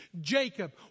Jacob